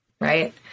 right